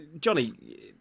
Johnny